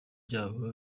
byabo